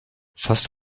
fast